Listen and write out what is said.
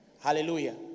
Hallelujah